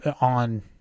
on